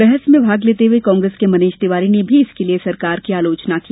बहस में भाग लेते हुए कांग्रेस के मनीष तिवारी ने भी इसके लिए सरकार की आलोचना की